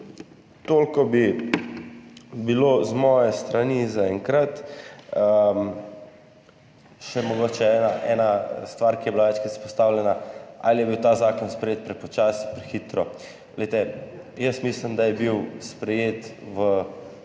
Toliko bi bilo z moje strani zaenkrat. Mogoče še ena stvar, ki je bila večkrat izpostavljena, ali je bil ta zakon sprejet prepočasi, prehitro. Jaz mislim, da je bil sprejet v